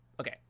Okay